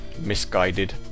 Misguided